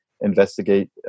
investigate